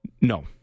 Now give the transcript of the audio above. No